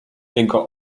jego